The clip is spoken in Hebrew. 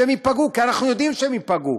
ייפגעו, כי אנחנו יודעים שייפגעו.